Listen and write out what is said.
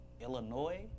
Illinois